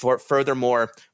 Furthermore